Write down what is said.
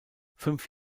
fünf